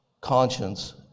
conscience